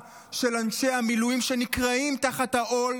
של אנשי המילואים שנקרעים תחת העול,